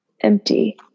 empty